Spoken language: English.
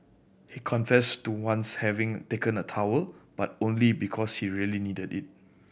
he confessed to once having taken a towel but only because he really needed it